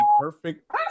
perfect